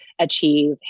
achieve